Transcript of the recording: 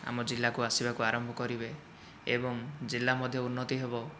ଆମ ଜିଲ୍ଲାକୁ ଆସିବାକୁ ଆରମ୍ଭ କରିବେ ଏବଂ ଜିଲ୍ଲା ମଧ୍ୟ ଉନ୍ନତି ହେବ